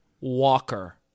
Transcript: Walker